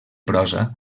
prosa